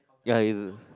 ya he's a